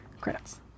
credits